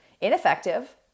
ineffective